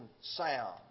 sound